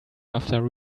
after